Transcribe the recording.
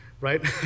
right